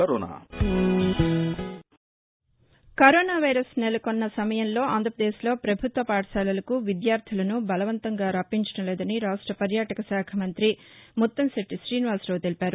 corona virus నెలకొన్న ప్రస్తుత సమయంలో ఆంధ్రప్రదేశ్లో ప్రభుత్వ పాఠశాలలకు విద్యార్దులను బలవంతంగా రప్పించడం లేదని రాష్ట పర్యాటక శాఖ మంత్రి ముత్తంశెట్టి తీనివాసరావు తెలిపారు